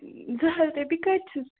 زٕ ہتھ رۄپیہِ کَتہِ چھِ